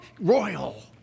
royal